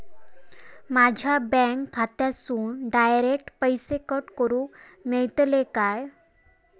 माझ्या बँक खात्यासून डायरेक्ट पैसे कट करूक मेलतले काय?